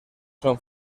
son